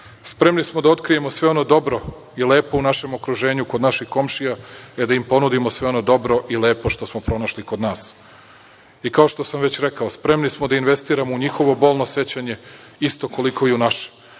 rešenja. Spremni smo da otkrijemo sve ono dobro i lepo u našem okruženju kod naših komšija i da im ponudimo sve ono dobro i lepo što smo pronašli kod nas. I kao što sam već rekao, spremni smo da investiramo u njihovo bolno sećanje, isto koliko i u naše